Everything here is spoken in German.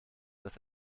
das